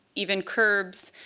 even curbs.